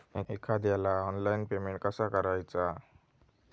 एखाद्याला online payment कसा करायचा?